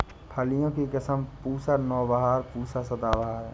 फलियों की किस्म पूसा नौबहार, पूसा सदाबहार है